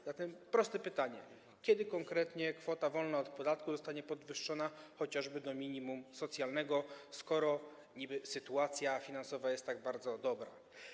A zatem proste pytanie: Kiedy konkretnie kwota wolna od podatku zostanie podwyższona chociażby do minimum socjalnego, skoro niby sytuacja finansowa jest tak bardzo dobra?